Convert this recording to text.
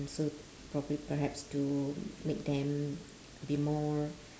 um so probably perhaps to make them be more